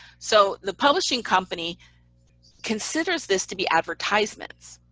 so the publishing company considers this to be advertisements.